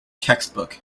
textbook